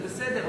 זה בסדר,